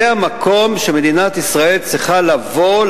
זה המקום שמדינת ישראל צריכה לבוא,